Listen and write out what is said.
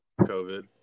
COVID